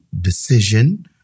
decision